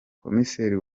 komiseri